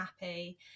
happy